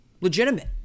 legitimate